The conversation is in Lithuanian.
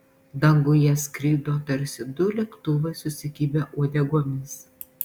danguje skrido tarsi du lėktuvai susikibę uodegomis